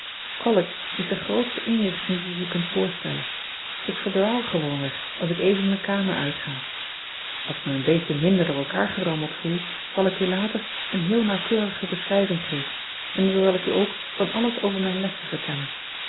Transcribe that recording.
ollege is de grootste inrichting die je je kunt voorstellen k verdwaal gewoonweg als ik even mijn kamer uitga ls ik me een beetje minder door elkaar gerammeld gevoel zal ik u later een heel nauwkeurige beschrijving geven en dan zal ik u ook van alles over mijn lessen vertellen